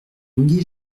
longué